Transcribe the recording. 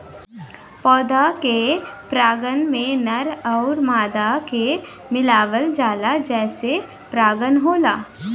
पौधा के परागण में नर आउर मादा के मिलावल जाला जेसे परागण होला